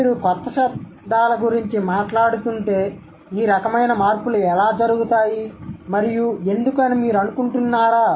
మీరు కొత్త శబ్దాల గురించి మాట్లాడుతుంటే ఈ రకమైన మార్పులు ఎలా జరుగుతాయి మరియు ఎందుకు అని మీరు అనుకుంటున్నారా